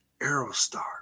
Aerostar